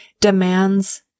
demands